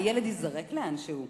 הילד ייזרק לאנשהו.